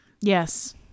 Yes